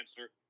answer